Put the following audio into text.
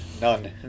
None